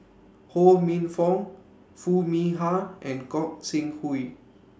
Ho Minfong Foo Mee Har and Gog Sing Hooi